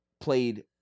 played